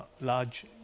large